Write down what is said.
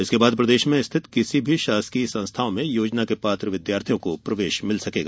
इसके बाद प्रदेश में स्थित किसी भी शासकीय संस्थाओं में योजना के पात्र विद्यार्थियों को प्रवेश मिल सकेगा